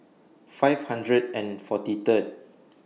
five hundred and forty Third